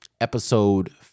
episode